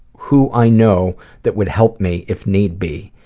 who i know that would help me if need be.